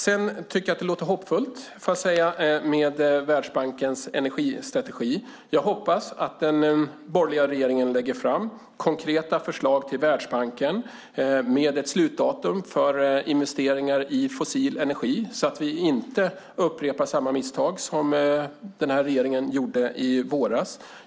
Sedan tycker jag att det låter hoppfullt med Världsbankens energistrategi. Jag hoppas att den borgerliga regeringen lägger fram konkreta förslag till Världsbanken med ett slutdatum för investeringar i fossil energi, så att vi inte upprepar samma misstag som denna regering gjorde i våras.